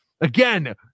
Again